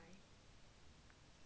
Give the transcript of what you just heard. eh your 爸爸 very bitch eh